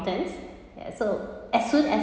ya so as soon as